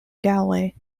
galway